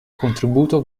contributo